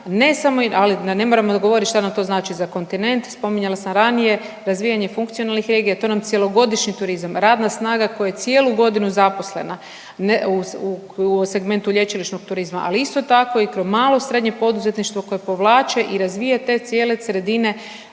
ne moramo govoriti šta nam to znači za kontinent, spominjala sam ranije, razvijanje funkcionalnih regija, to nam cjelogodišnji turizam, radna snaga koja je cijelu godinu zaposlena, ne, u segmentu lječilišnog turizma, ali isto tako i kao malo i srednje poduzetništvo koje povlače i razvija te cijele sredine